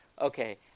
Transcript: Okay